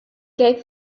gave